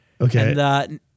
Okay